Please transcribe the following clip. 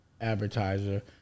advertiser